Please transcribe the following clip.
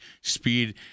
speed